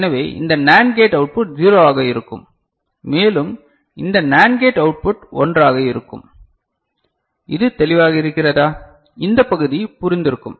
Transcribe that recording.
எனவே இந்த NAND gate output 0 ஆக இருக்கும் மேலும் இந்த NAND கேட் அவுட்புட் 1 ஆக இருக்கும் இது தெளிவாக இருக்கிறதா இந்த பகுதி புரிந்து இருக்கும்